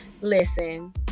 Listen